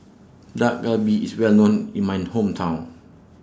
Dak Galbi IS Well known in My Hometown